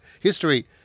history